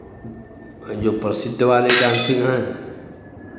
जो प्रसिद्ध वाले डांसिंग हैं